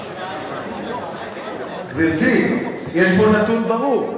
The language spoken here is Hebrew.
44% ב-2005, גברתי, יש פה נתון ברור,